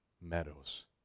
meadows